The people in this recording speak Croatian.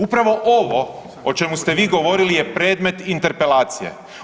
Upravo ovo o čemu ste vi govorili je predmet interpelacije.